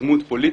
לדמות פוליטית,